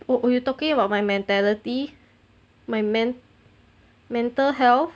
wha~ were are you talking about my mentality my mental health